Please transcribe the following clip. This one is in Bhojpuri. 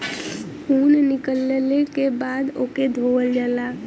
ऊन निकलले के बाद ओके धोवल जाला